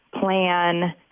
plan